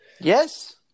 Yes